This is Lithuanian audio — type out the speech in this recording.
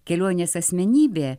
kelionės asmenybė